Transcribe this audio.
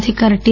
అధికార టి